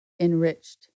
enriched